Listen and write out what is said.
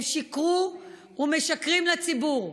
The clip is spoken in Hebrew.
הם שיקרו ומשקרים לציבור.